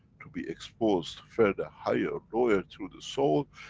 to be exposed further higher or lower through the soul,